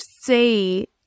say